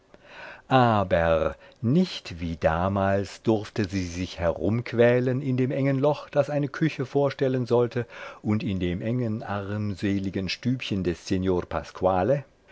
aber nicht wie damals durfte sie sich herumquälen in dem engen loch das eine küche vorstellen sollte und in dem engen armseligen stübchen des